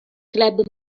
club